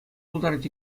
пултарать